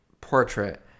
portrait